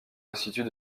institut